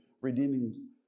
redeeming